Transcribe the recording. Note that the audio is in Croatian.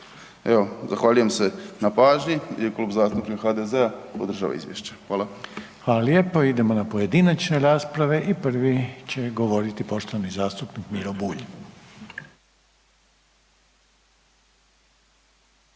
Evo, zahvaljujem se na pažnji i Klub zastupnika HDZ-a podržava izvješće. Hvala. **Reiner, Željko (HDZ)** Hvala lijepo. Idemo na pojedinačne rasprave i prvi će govoriti poštovani zastupnik Miro Bulj.